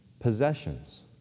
possessions